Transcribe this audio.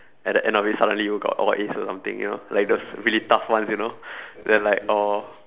at the end of it suddenly you got all As or something you know like those really tough ones you know then like or